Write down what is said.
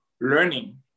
learning